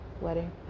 wedding